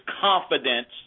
confidence